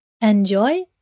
Enjoy